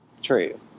True